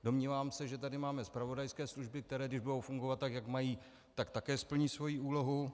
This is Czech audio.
Domnívám se, že tady máme zpravodajské služby, které když budou fungovat, tak jak mají, tak také splní svoji úlohu.